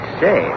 say